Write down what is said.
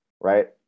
right